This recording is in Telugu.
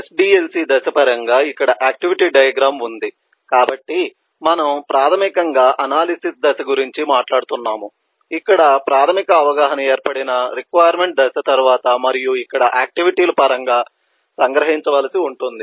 SDLC దశ పరంగా ఇక్కడ ఆక్టివిటీ డయాగ్రమ్ ఉంది కాబట్టి మనము ప్రాథమికంగా అనాలిసిస్ దశ గురించి మాట్లాడుతున్నాము ఇక్కడ ప్రాథమిక అవగాహన ఏర్పడిన రిక్వైర్మెంట్స్ దశ తరువాత మరియు ఇక్కడ ఆక్టివిటీ లు పరంగా సంగ్రహించవలసి ఉంటుంది